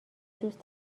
دوست